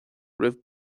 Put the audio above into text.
roimh